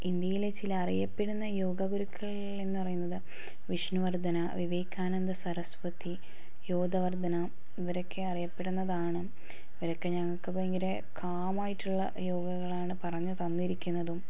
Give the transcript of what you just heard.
ഇന്ത്യയിലെ ചില അറിയപ്പെടുന്ന യോഗ ഗുരുക്കൾ എന്ന് പറയുന്നത് വിഷ്ണു വർദ്ധന വിവേകാനന്ദ സരസ്വതി യോദ്ധ വർദ്ധന ഇവരൊക്കെ അറിയപ്പെടുന്നതാണ് ഇവരൊക്കെ ഞങ്ങൾക്ക് ഭയങ്കര കാം ആയിട്ടുള്ള യോഗകളാണ് പറഞ്ഞു തന്നിരിക്കുന്നതും